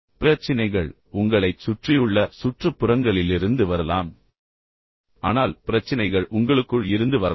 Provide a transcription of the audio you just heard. சில பிரச்சினைகள் உள்ளன பிரச்சினைகள் உங்களைச் சுற்றியுள்ள சுற்றுப்புறங்களிலிருந்து வரலாம் ஆனால் பிரச்சினைகள் உங்களுக்குள் இருந்து வரலாம்